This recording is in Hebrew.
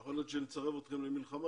יכול להיות שנצרף אתכם למלחמה.